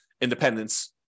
independence